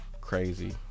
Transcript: crazy